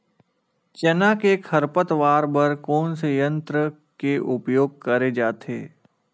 चना के खरपतवार बर कोन से यंत्र के उपयोग करे जाथे?